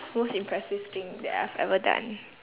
most impressive thing that I have ever done